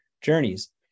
journeys